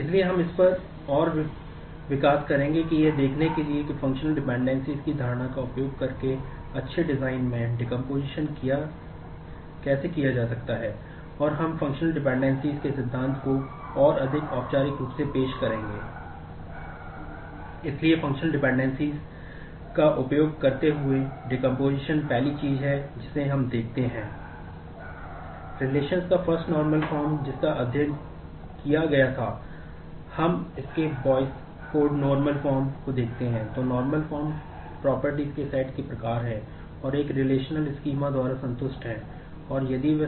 इसलिए हम इस पर और विकास करेंगे कि यह देखने के लिए कि फंक्शनल डिपेंडेंसीस के सिद्धांत को और अधिक औपचारिक रूप से पेश करेंगे